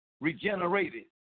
regenerated